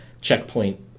checkpoint